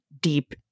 deep